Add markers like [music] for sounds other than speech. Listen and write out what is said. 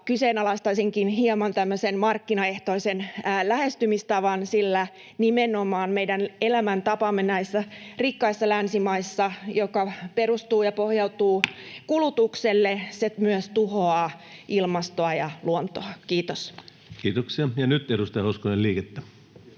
Kyseenalaistaisinkin hieman tämmöisen markkinaehtoisen lähestymistavan, sillä nimenomaan meidän elämäntapamme näissä rikkaissa länsimaissa, joka perustuu ja pohjautuu kulutukseen, [noise] myös tuhoaa ilmastoa ja luontoa. — Kiitos. [Speech 40] Speaker: